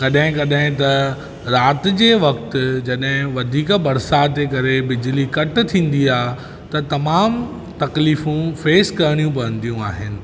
कॾहिं कॾहिं त राति जे वक़्तु जॾहिं वधीक बरसाति जे करे बिजली कट थींदी आहे त तमामु तकलीफूं फेस करिणीयूं पवंदी आहिनि